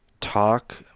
talk